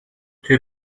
توی